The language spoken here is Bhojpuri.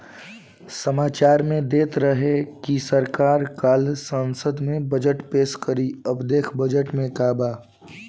सामाचार में देत रहे की सरकार काल्ह संसद में बजट पेस करी अब देखऽ बजट में का बा